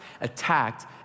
attacked